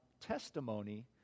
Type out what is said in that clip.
testimony